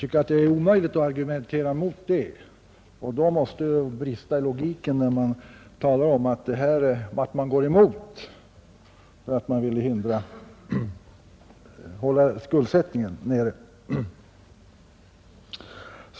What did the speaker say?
Det är naturligtvis omöjligt att argumentera mot detta, och då måste det brista i logiken när man går emot detta förslag och motiverar det med att man vill hålla skuldsättningen nere.